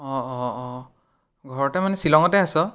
অঁ অঁ অঁ ঘৰতে মানে ছিলঙতে আছ